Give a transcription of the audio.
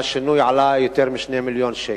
והשינוי עלה יותר מ-2 מיליון שקל.